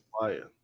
fire